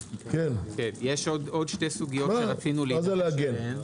מה זה להגן?